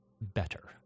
better